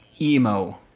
emo